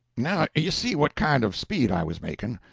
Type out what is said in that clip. now you see what kind of speed i was making.